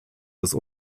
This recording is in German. des